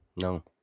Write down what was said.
No